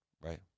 right